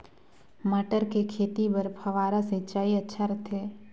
मटर के खेती बर फव्वारा वाला सिंचाई अच्छा रथे?